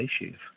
issues